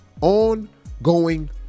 ongoing